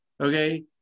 okay